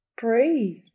breathe